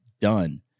done